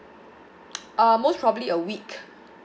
uh most probably a week